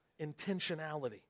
intentionality